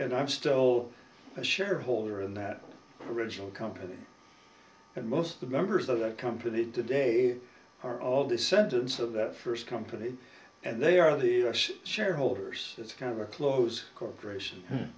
and i'm still a shareholder in that original company and most of the members of the company today are all descendants of that first company and they are the shareholders it's kind of a close corporation